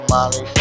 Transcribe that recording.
Molly